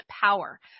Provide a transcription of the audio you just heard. power